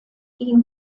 gegen